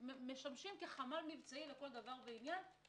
משמשים חמ"ל מבצעי לכל דבר ועניין,